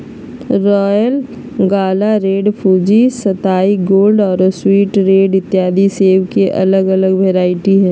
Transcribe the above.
royal Gala, Red Fuji, सताई gold आरो sweet red इत्यादि सेब के अलग अलग वैरायटी हय